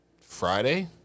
Friday